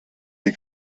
dir